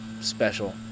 special